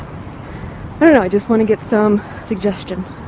i don't know, i just want to get some suggestions.